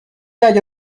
اگه